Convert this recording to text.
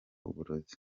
uburozi